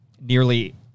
nearly